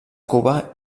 cuba